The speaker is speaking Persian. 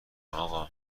آقا